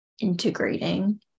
integrating